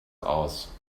aus